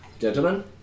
Gentlemen